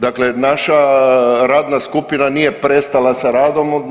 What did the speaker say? Dakle, naša radna skupina nije prestala sa radom.